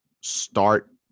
start